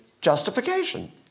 justification